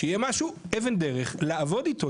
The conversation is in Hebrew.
שיהיה משהו אבן דרך לעבוד אתו,